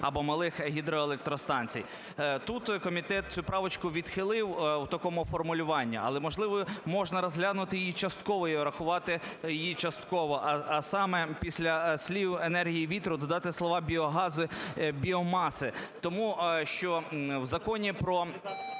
або малих гідроелектростанцій". Тут комітет цю правочку відхилив в такому формулюванні, але можливо можна розглянути її частково і врахувати її частково, а саме після слів "енергії вітру" додати слова "біогазу, біомаси". Тому що в законі про